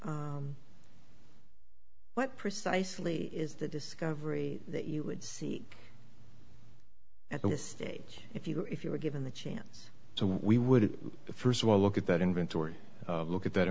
what precisely is the discovery that you would seek at this stage if you if you were given the chance so we would first of all look at that inventory look at that